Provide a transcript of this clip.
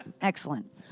Excellent